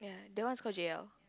that one is called J_L